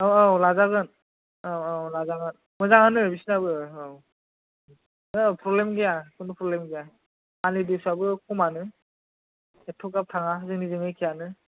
औ औ लाजागोन औ औ लाजागोन मोजांआनो बिसिनाबो औ ओहो फ्रब्लेम गैया जेबो फ्रब्लेम गैया मानलि दिउसाबो खमानो एथग्राब थाङा जोंनिजों एखेआनो